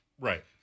Right